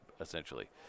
essentially